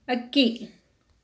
ಅಕ್ಕಿ